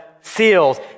seals